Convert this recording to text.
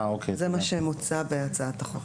זה מה שמוצע בהצעת החוק.